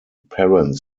parents